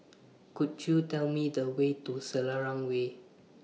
Could YOU Tell Me The Way to Selarang Way